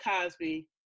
Cosby